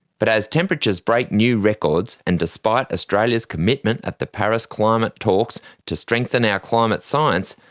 but as temperatures break new records, and despite australia's commitment at the paris climate talks to strengthen our climate science,